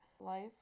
life